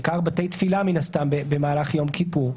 בעיקר בתי תפילה מן הסתם במהלך יום כיפור,